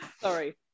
Sorry